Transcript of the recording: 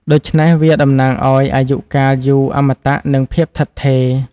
ដូច្នេះវាតំណាងឲ្យអាយុកាលយូរ អមតៈ និងភាពថិតថេរ។